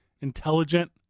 intelligent